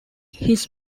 his